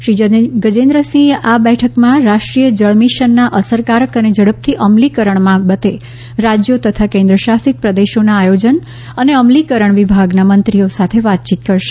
શ્રી ગજેન્દ્રસિંહ આ બેઠકમાં રાષ્ટ્રીય જળમીશનના અસરકારક અને ઝડપથી અમલીકરણ બાબતે રાજ્યો તથા કેન્દ્ર શાસિત પ્રદેશોના આયોજન અને અમલીકરણ વિભાગના મંત્રીઓ સાથે વાતયીત કરશે